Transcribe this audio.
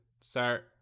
Sir